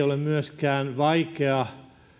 ole myöskään vaikea